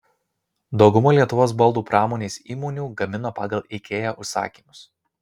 dauguma lietuvos baldų pramonės įmonių gamina pagal ikea užsakymus